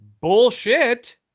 Bullshit